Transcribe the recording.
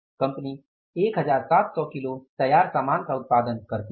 company 1700 kilo तैयार सामान का उत्पादन करती है